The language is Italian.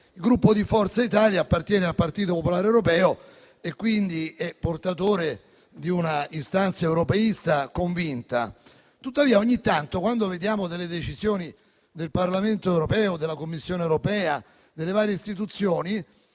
il Gruppo Forza Italia appartiene al Partito popolare europeo ed è quindi portatore di una istanza europeista convinta. Tuttavia, ogni tanto, quando vediamo delle decisioni del Parlamento europeo, della Commissione europea e delle varie istituzioni,